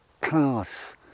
class